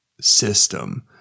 system